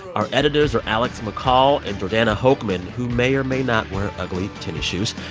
our editors are alex mccall and jordana hochman who may or may not wear ugly tennis shoes.